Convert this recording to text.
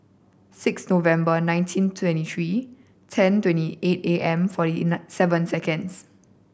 six November nineteen twenty three ten twenty eight A M forty nine seven seconds